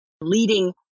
leading